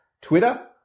Twitter